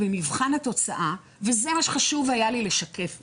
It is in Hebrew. במבחן התוצאה, וזה מה שחשוב היה לי לשקף פה.